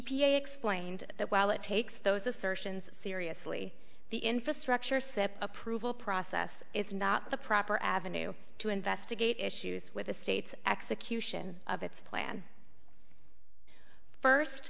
a explained that while it takes those assertions seriously the infrastructure sept approval process is not the proper avenue to investigate issues with the state's execution of its plan first